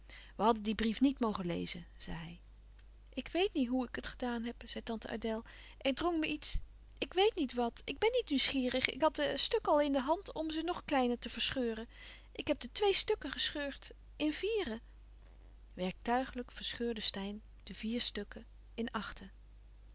we hadden dien brief niet mogen lezen zei hij ik weet niet hoe ik het gedaan heb zei tante adèle er drong me iets ik weet niet wat ik ben niet nieuwsgierig ik had de stukken al in de hand om ze nog kleiner te verscheuren ik heb de twee stukken gescheurd in vieren werktuiglijk verscheurde steyn de vier stukken in achten